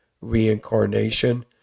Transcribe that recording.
reincarnation